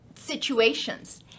situations